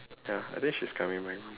ya I think she's coming in my room